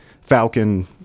Falcon